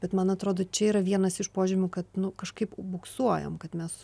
bet man atrodo čia yra vienas iš požymių kad nu kažkaip buksuojam kad mes